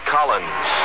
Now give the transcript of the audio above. Collins